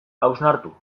hausnartu